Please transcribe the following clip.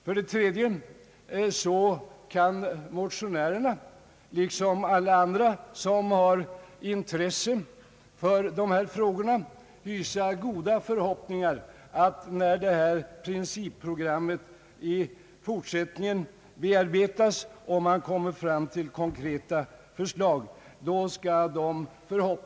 För det tredje kan motionärerna liksom alla andra som är intresserade av dessa frågor hysa goda förhoppningar om att de önskemål som har framförts skall bli tillgodosedda när detta principprogram i fortsättningen bearbetas och man kommer fram till konkreta förslag.